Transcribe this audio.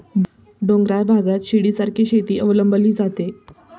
डोंगराळ भागात शिडीसारखी शेती अवलंबली जाते